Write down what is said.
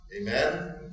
Amen